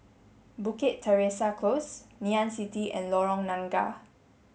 Bukit Teresa Close Ngee Ann City and Lorong Nangka